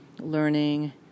learning